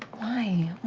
why?